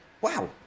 wow